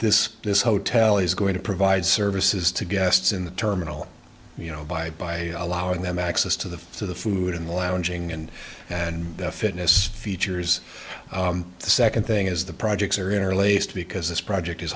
this this hotel is going to provide services to guests in the terminal you know by by allowing them access to the to the food in the lounge ing and and fitness features the second thing is the projects are interlaced because this project is